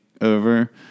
over